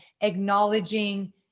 acknowledging